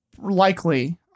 Likely